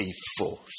faithful